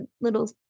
little